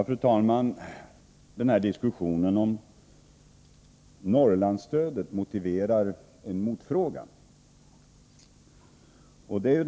Fru talman! Den här diskussionen om Norrlandsstödet motiverar en motfråga.